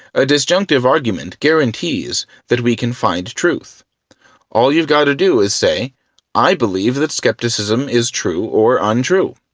a disjunctive argument guarantees that we can find truth all you've got to do is say i believe that skepticism is true or untrue.